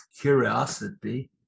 curiosity